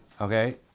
Okay